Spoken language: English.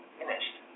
finished